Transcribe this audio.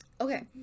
Okay